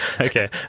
okay